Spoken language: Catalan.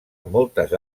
moltes